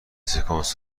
سکانس